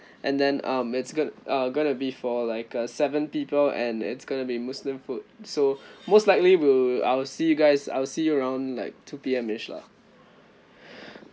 and then um it's gonna uh gonna be for like a seven people and it's gonna be muslim food so most likely we'll I'll see you guys I'll see you around like two P_M ish lah